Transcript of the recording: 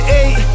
eight